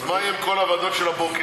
אז מה יהיה עם כל הוועדות של הבוקר?